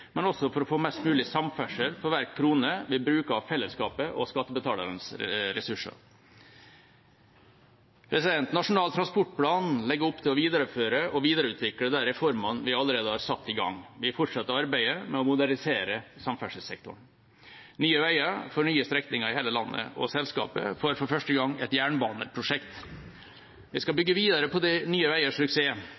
også for å få mest mulig samferdsel for hver krone vi bruker av fellesskapets og skattebetalernes ressurser. Nasjonal transportplan legger opp til å videreføre og videreutvikle de reformene vi allerede har satt i gang. Vi fortsetter arbeidet med å modernisere samferdselssektoren. Nye Veier får nye strekninger i hele landet, og selskapet får for første gang et jernbaneprosjekt. Vi skal